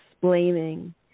blaming